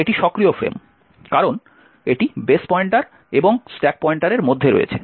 এবং এটি সক্রিয় ফ্রেম কারণ এটি বেস পয়েন্টার এবং স্ট্যাক পয়েন্টারের মধ্যে রয়েছে